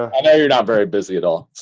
i know you're not very busy at all.